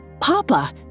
Papa